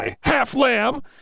half-lamb